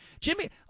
Jimmy